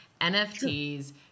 NFTs